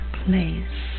place